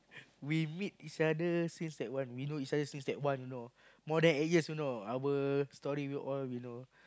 we meet each other since that one we know each other since that one you know more eight years you know our story we all we know